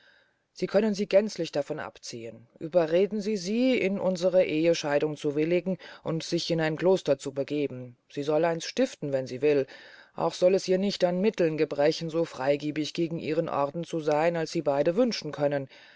sie können sie gänzlich davon abziehen ueberreden sie sie in unsre ehescheidung zu willigen und sich in ein kloster zu begeben sie soll eines stiften wenn sie will auch soll es ihr nicht an mitteln gebrechen so freygebig gegen ihren orden zu seyn als sie beide wünschen können